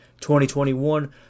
2021